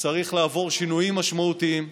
צריך לעבור שינויים משמעותיים.